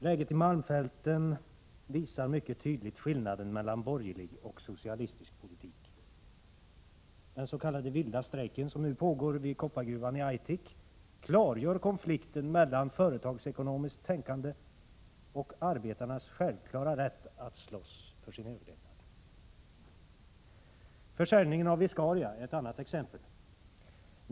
Läget i malmfälten visar mycket tydligt skillnaden mellan borgerlig och socialistisk politik. Den s.k. vilda strejken som nu pågår vid koppargruvan i Aitik klargör konflikten mellan företagsekonomiskt tänkande och arbetarnas självklara rätt att slåss för sin överlevnad. Försäljningen av Viscaria är ett annat exempel.